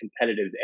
competitive